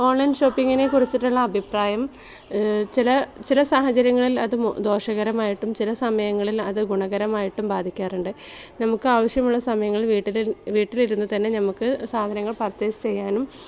online ഷോപ്പിങ്ങിനെ കുറിച്ചിട്ടുള്ള അഭിപ്രായം ചില ചില സാഹചര്യങ്ങളിൽ അത് ദോശകരമായിട്ടും ചില സമയങ്ങളിൽ അത് ഗുണകരമായിട്ടും ബാധിക്കാറുണ്ട് നമുക്കാവശ്യമുള്ള സമയങ്ങളിൽ വീട്ടിലിരുന്ന് വീട്ടിലിരുന്ന് തന്നെ നമുക്ക് സാധനങ്ങൾ പർച്ചേസ് ചെയ്യാനും